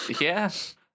Yes